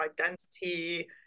identity